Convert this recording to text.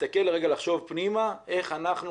להסתכל רגע ולחשוב פנימה איך אנחנו